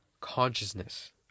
consciousness